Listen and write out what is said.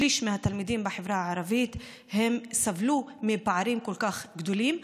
שליש מהתלמידים בחברה הערבית סבלו מפערים כל כך גדולים.